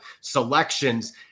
selections